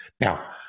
Now